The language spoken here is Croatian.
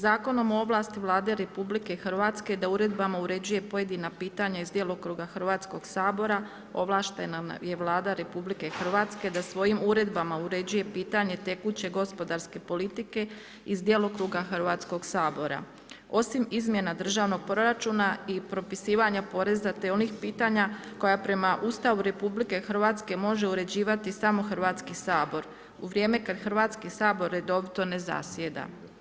Zakonom o ovlasti Vlade RH da uredbama uređuje pojedina pitanja iz djelokruga Hrvatskoga sabora ovlaštena je Vlada RH da svojim uredbama uređuje pitanje tekuće gospodarske politike iz djelokruga Hrvatskoga sabora osim izmjena državnog proračuna i propisivanja poreza te onih pitanja koja prema Ustavu RH može uređivati samo Hrvatski sabor, u vrijeme kada Hrvatski sabor redovito ne zasjeda.